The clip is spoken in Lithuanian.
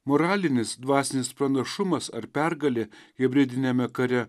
moralinis dvasinis pranašumas ar pergalė hibridiniame kare